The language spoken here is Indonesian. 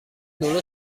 dulu